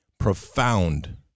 Profound